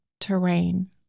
terrain